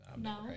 no